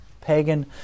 pagan